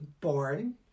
born